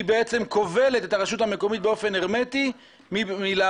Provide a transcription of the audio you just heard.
היא כובלת את הרשות המקומית באופן הרמטי מלעבור